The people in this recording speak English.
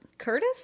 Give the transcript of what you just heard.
curtis